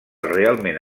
realment